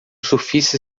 surfista